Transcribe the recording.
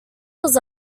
was